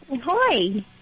Hi